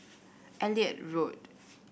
Elliot Road